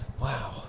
wow